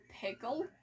pickle